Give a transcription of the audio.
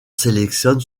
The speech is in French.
sélectionne